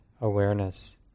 awareness